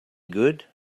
good